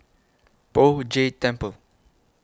Poh Jay Temple